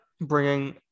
bringing